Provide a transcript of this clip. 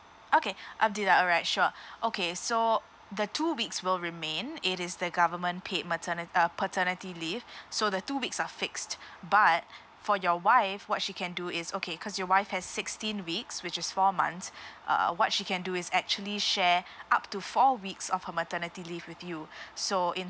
okay abdillah alright sure okay so the two weeks will remain it is the government paid materni~ uh paternity leave so the two weeks are fixed but for your wife what she can do is okay cause your wife has sixteen weeks which is four months uh what she can do is actually share up to four weeks of her maternity leave with you so in